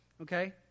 Okay